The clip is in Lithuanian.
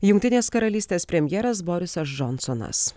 jungtinės karalystės premjeras borisas džonsonas